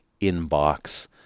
inbox